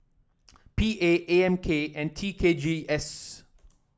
P A A M K and T K G S